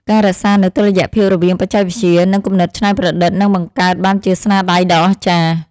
ការរក្សានូវតុល្យភាពរវាងបច្ចេកវិទ្យា និង គំនិតច្នៃប្រឌិតនឹងបង្កើតបានជាស្នាដៃដ៏អស្ចារ្យ។